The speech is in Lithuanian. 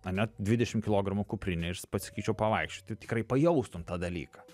ane dvidešimt kilogramų kuprinę ir pasakyčiau pavaikščioti tikrai pajaustum tą dalyką